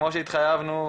כמו שהתחייבנו,